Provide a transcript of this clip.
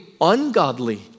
ungodly